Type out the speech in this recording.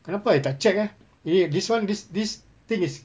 kenapa I tak check eh eh this one this this thing is